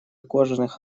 кожаных